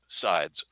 sides